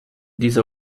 dieser